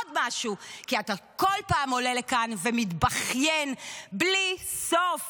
כי אתה כל פעם עולה לכאן ומתבכיין בלי סוף